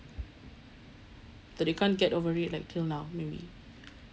that you can't get over it like till now maybe